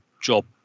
job